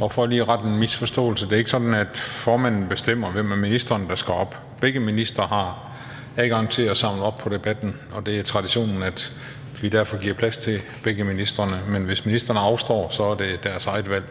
Og for lige at rette en misforståelse: Det er ikke sådan, at formanden bestemmer, hvem af ministrene der skal op. Begge ministre har adgang til at samle op på debatten, og det er traditionen, at vi derfor giver plads til begge ministre, men hvis en minister afstår, er det ministerens eget valg.